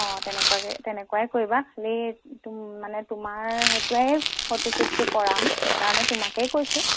অ তেনেকুৱাকৈ তেনেকুৱাই কৰিবা খালি তুম মানে তোমাৰ হতুৱাই ফটোশ্বুটটো কৰাম সেইকাৰণে তোমাকেই কৈছোঁ